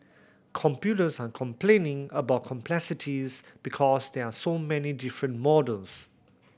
commuters are complaining about complexities because there are so many different models